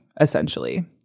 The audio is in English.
essentially